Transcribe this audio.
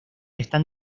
están